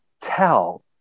tell